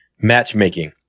matchmaking